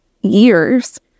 years